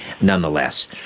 nonetheless